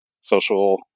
social